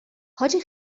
حاجی